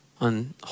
on